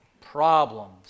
problems